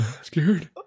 Scared